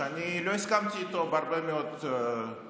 שאני לא הסכמתי איתו בהרבה מאוד נושאים,